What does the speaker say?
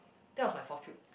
that was my forth puke